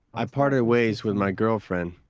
i parted ways with my girlfriend.